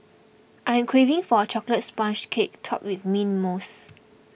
I am craving for a Chocolate Sponge Cake Topped with Mint Mousse